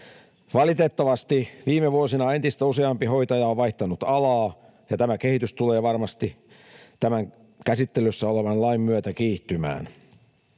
Valitettavasti viime vuosina entistä useampi hoitaja on vaihtanut alaa, ja tämä kehitys tulee varmasti tämän käsittelyssä olevan lain myötä kiihtymään.